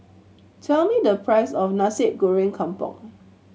tell me the price of Nasi Goreng Kampung